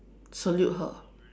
salute her